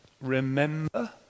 remember